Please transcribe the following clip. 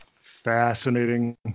Fascinating